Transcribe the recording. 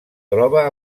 troba